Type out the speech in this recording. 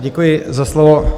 Děkuji za slovo.